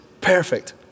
perfect